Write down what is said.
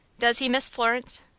does he miss florence?